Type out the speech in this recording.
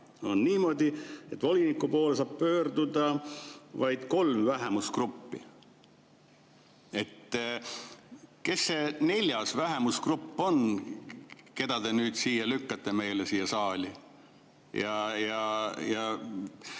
on niimoodi, et voliniku poole saab pöörduda vaid kolm vähemusgruppi. Kes see neljas vähemusgrupp on, keda te lükkate meile siia saali,